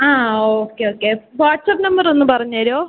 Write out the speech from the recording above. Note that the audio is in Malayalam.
ആ ഓക്കെ ഓക്കെ വാട്സപ്പ് നമ്പറൊന്ന് പറഞ്ഞുതരുമോ